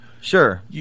Sure